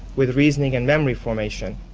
with reasoning and memory formation.